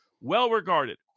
well-regarded